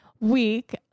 week